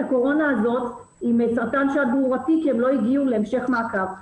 הקורונה הזאת עם סרטן שד גרורתי כי הן לא הגיעו להמשך מעקב.